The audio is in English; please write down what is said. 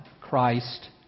Christ